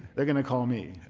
they're going to call me.